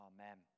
Amen